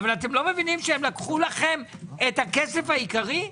אבל אתם לא מבינים שהם לקחו לכם את הכסף העיקרי,